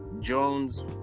Jones